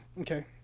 Okay